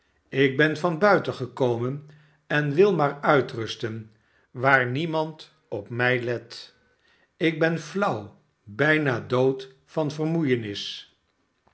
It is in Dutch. ik ben van buiten gekomen en wil maar uitrusten waar niemand op mij let ik ben flauw bijna dood van vermoeienis